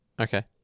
Okay